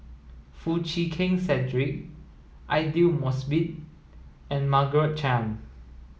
Foo Chee Keng Cedric Aidli Mosbit and Margaret Chan